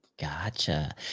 Gotcha